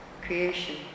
creation